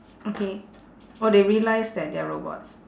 okay orh they realise that they're robots